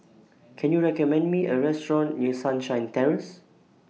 Can YOU recommend Me A Restaurant near Sunshine Terrace